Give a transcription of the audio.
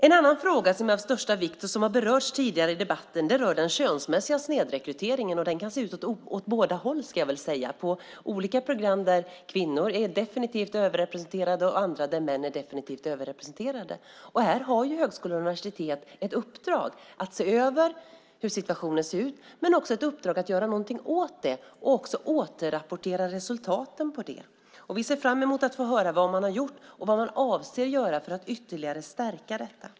En annan fråga som är av största vikt och som har berörts tidigare i debatten handlar om den könsmässiga snedrekryteringen. Den ser ut på två sätt. På vissa program är kvinnor definitivt överrepresenterade på andra är män överrepresenterade. Här har högskolor och universitet ett uppdrag att se över hur situationen ser ut och ett uppdrag att göra något åt det och återrapportera resultaten. Vi ser fram emot att få höra vad man har gjort och vad man avser att göra.